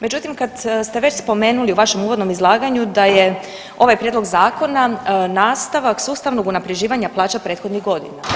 Međutim, kad ste već spomenuli u vašem uvodnom izlaganju da je ovaj Prijedlog zakona nastavak sustavnog unaprjeđivanja plaća prethodnih godina.